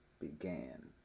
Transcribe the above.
began